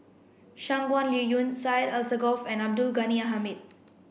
Shangguan Liuyun Syed Alsagoff and Abdul Ghani Hamid